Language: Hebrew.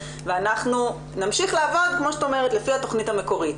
ואנחנו נמשיך לעבוד לפי התכנית המקורית'.